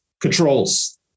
Controls